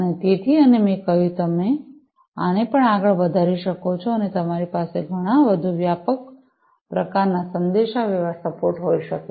તેથી અને મેં કહ્યું છે કે તમે આને પણ આગળ વધારી શકો છો અને તમારી પાસે ઘણા વધુ વ્યાપક પ્રકારનો સંદેશાવ્યવહાર સપોર્ટ હોઈ શકે છે